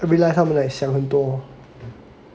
I realize 他们 like 想很多